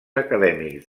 acadèmics